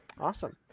Awesome